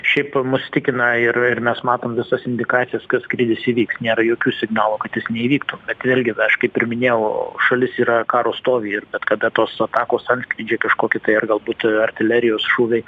šiaip mus tikina ir ir mes matom visas indikacijas kad skrydis įvyks nėra jokių signalų kad jis neįvyktų bet vėlgi aš kaip ir minėjau šalis yra karo stovy ir bet kada tos atakos antskrydžiai kažkokie tai ar galbūt artilerijos šūviai